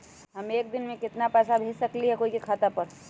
हम एक दिन में केतना पैसा भेज सकली ह कोई के खाता पर?